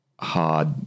hard